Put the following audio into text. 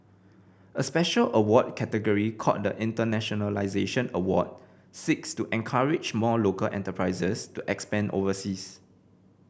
a special award category called the Internationalisation Award seeks to encourage more local enterprises to expand overseas